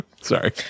sorry